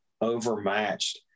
overmatched